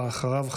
ואחריו,